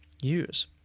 use